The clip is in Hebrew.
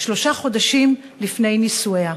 שלושה חודשים לפני נישואיה.